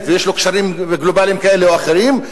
ויש לו קשרים גלובליים כאלה או אחרים,